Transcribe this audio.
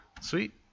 Sweet